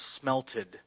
smelted